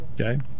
Okay